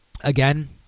again